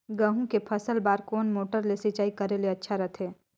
गहूं के फसल बार कोन मोटर ले सिंचाई करे ले अच्छा रथे?